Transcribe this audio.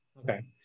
Okay